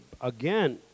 again